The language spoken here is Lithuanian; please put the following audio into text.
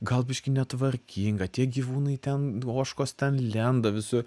gal biškį netvarkinga tie gyvūnai ten ožkos ten lenda visur